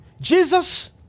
Jesus